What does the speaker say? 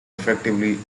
effectively